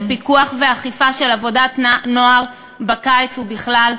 פיקוח ואכיפה של עבודת נוער בקיץ ובכלל,